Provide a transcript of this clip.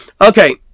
Okay